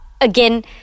again